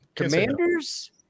Commanders